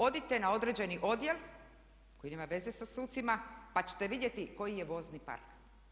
Odite na određeni odjel, koji nema veze sa sucima, pa ćete vidjeti koji je vozni park.